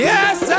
Yes